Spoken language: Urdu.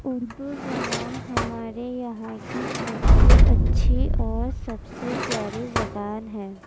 اردو زبان ہمارے یہاں کی سب سے اچھی اور سب سے پیاری زبان ہے